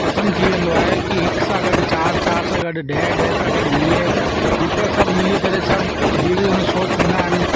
प्रसंन थी वेंदो आहे की हिक सां गॾु चारि चारि चारि सां ॾह ॾह सां गॾ वीह एतिरा सभ मिली करे सभ जीअं हुन में शो थींदा आहिनि